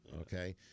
okay